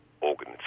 organ